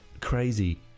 crazy